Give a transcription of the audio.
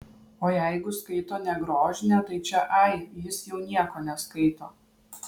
o jeigu skaito ne grožinę tai čia ai jis jau nieko neskaito